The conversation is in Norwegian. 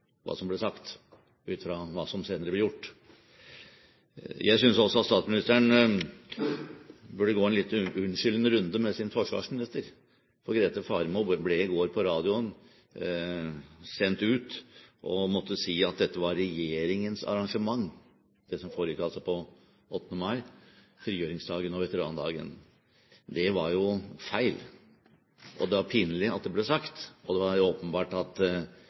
hva som ble sagt, ut fra hva som senere ble gjort. Jeg synes også at statsministeren burde gå en unnskyldende runde med sin forsvarsminister, for Grete Faremo ble i går sendt ut, på radio, og måtte si at dette var regjeringens arrangement, altså dette som foregikk på 8. mai, på frigjøringsdagen og veterandagen. Det var jo feil, og det var pinlig at det ble sagt, og det var åpenbart at